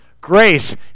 Grace